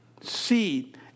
Seed